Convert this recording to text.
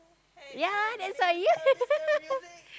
ya that's why you